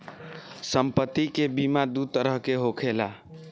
सम्पति के बीमा दू तरह के होखेला